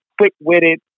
quick-witted